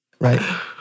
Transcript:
right